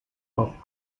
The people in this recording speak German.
auch